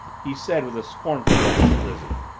he said, with a scornful glance at lizzie.